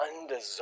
undeserved